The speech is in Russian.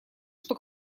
что